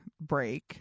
break